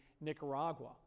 Nicaragua